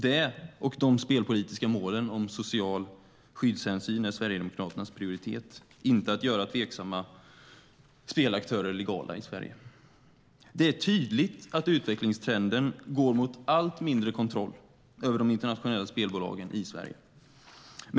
Det och de spelpolitiska målen om sociala skyddshänsyn är Sverigedemokraternas prioritet, inte att göra tveksamma spelaktörer legala i Sverige.Det är tydligt att utvecklingstrenden går mot allt mindre kontroll över de internationella spelbolagen i Sverige.